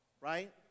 Right